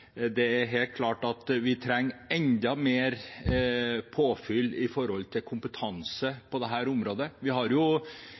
det er helt klart at vi trenger enda mer påfyll av kompetanse på dette området. Gjennom mine år i